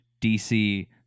DC